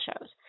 shows